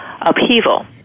upheaval